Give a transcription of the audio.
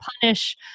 punish